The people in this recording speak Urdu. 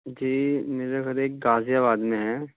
جی میرا گھر ایک غازی آباد میں ہے